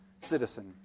citizen